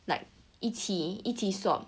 like 一起一起 swap